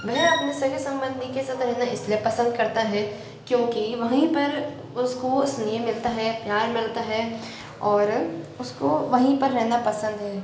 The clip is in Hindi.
वह अपने सगे संबंधी के साथ रहना इसलिए पसंद करता है क्योंकि वहीं पर उसको स्नेह मिलता है प्यार मिलता है और उसको वहीं पर रहना पसंद है